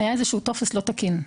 היה איזשהו טופס לא תקין,